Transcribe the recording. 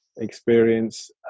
experience